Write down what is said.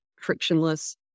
frictionless